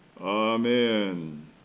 Amen